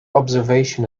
observation